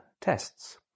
tests